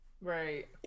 right